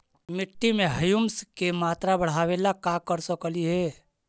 मिट्टी में ह्यूमस के मात्रा बढ़ावे ला का कर सकली हे?